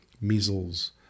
measles